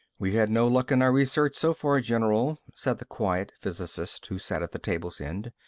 we've had no luck in our research so far, general, said the quiet physicist who sat at the table's end.